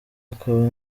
akaba